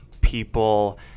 people –